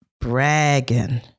bragging